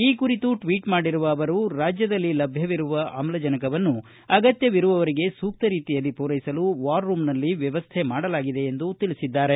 ಈ ಕುರಿತು ಟ್ವೀಟ್ ಮಾಡಿರುವ ಅವರು ರಾಜ್ಯದಲ್ಲಿ ಲಭ್ಯವಿರುವ ಆಮ್ಲಜನಕವನ್ನು ಅಗತ್ಯವಿರುವವರಿಗೆ ಸೂಕ್ತ ರೀತಿಯಲ್ಲಿ ಪೂರೈಸಲು ವಾರ್ರೂಮ್ನಲ್ಲಿ ವ್ಯವಸ್ಥೆ ಮಾಡಲಾಗಿದೆ ಎಂದು ತಿಳಿಸಿದ್ದಾರೆ